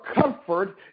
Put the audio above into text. comfort